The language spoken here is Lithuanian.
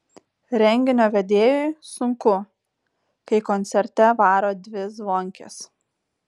renginio vedėjui sunku kai koncerte varo dvi zvonkės